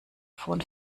von